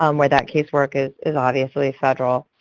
um where that casework is is obviously federal.